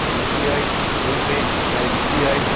U P I PhonePe इत्यदि U P I